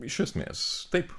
iš esmės taip